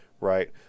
right